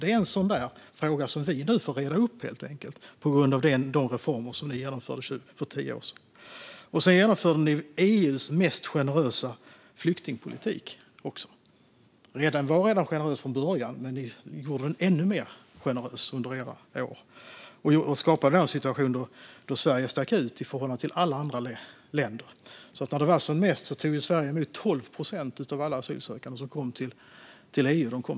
Det är en sådan fråga som vi nu får reda ut helt enkelt på grund av de reformer som ni genomförde för tio år sedan. Ni genomförde också EU:s mest generösa flyktingpolitik. Den var generös från början, men ni gjorde den ännu mer generös under era år och skapade en situation då Sverige stack ut i förhållande till alla andra länder. Som mest tog Sverige emot 12 procent av alla asylsökande som kom till EU.